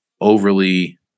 overly